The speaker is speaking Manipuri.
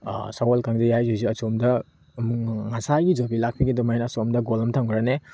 ꯁꯒꯣꯜ ꯀꯥꯡꯖꯩ ꯍꯥꯏꯁꯤꯁꯨ ꯑꯁꯣꯝꯗ ꯉꯁꯥꯏꯒꯤ ꯌꯨꯕꯤ ꯂꯥꯛꯄꯤꯒꯤ ꯑꯗꯨꯃꯥꯏꯅ ꯑꯁꯣꯝꯗ ꯒꯣꯜ ꯑꯃ ꯊꯝꯈ꯭ꯔꯅꯤ